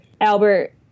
Albert